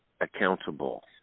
accountable